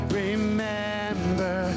remember